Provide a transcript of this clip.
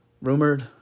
rumored